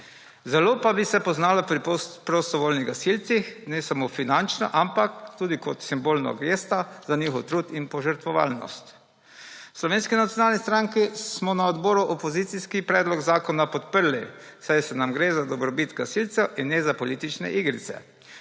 Zelo pa bi se poznalo pri prostovoljnih gasilcih ne samo finančno, ampak tudi kot simbolna gesta za njihov trud in požrtvovalnost. V Slovenski nacionalni stranki smo na odboru opozicijski predlog zakona podprli, saj nam gre za dobrobit gasilcev in ne za politične igrice.